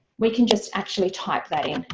we can just actually type that in.